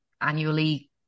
annually